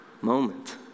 moment